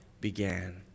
began